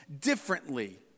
differently